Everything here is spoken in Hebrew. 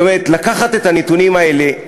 לקחת את הנתונים האלה,